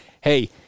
hey